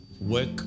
work